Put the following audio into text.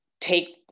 take